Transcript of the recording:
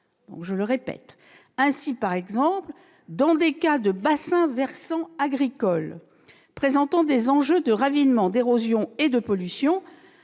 inondations. Ainsi, dans les cas de bassins versants agricoles présentant des enjeux de ravinement, d'érosion et de pollution,